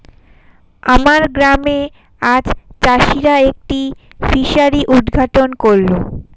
আমার গ্রামে আজ চাষিরা একটি ফিসারি উদ্ঘাটন করল